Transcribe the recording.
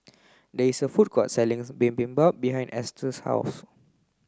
there is a food court Bibimbap behind Esther's house